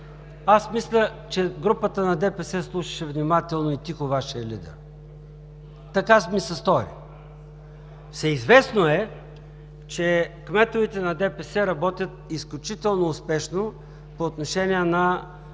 е… Мисля, че групата на ДПС слушаше внимателно и тихо Вашия лидер. Така ми се стори. Всеизвестно е, че кметовете на ДПС работят изключително успешно по отношение на